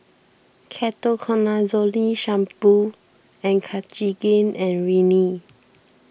Ketoconazole Shampoo and Cartigain and Rene